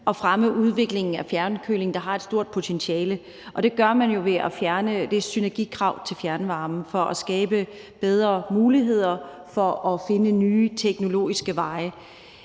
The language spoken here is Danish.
og fremme udviklingen af fjernkøling, der har et stort potentiale, og det gør man jo ved at fjerne det synergikrav til fjernvarme for at skabe bedre muligheder for at finde nye teknologiske veje.